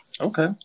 Okay